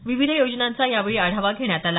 विविध योजनांचा यावेळी आढावा घेण्यात आला